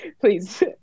please